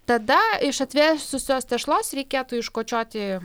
tada iš atvėsusios tešlos reikėtų iškočioti